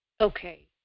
Okay